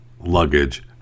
luggage